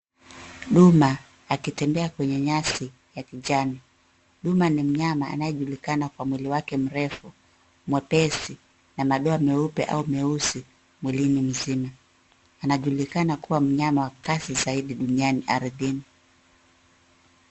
Duma, akitembea kwenye nyasi, ya kijani. Duma ni mnyama anayejulikana kwa mwili wake mrefu, mwepesi, na madoa meupe au meusi, mwilini mzima. Anajulikana kuwa mnyama wa kasi zaidi duniani ardhini.